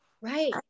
Right